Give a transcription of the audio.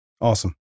Awesome